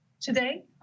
today